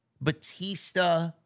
Batista